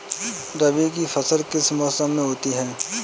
रबी की फसल किस मौसम में होती है?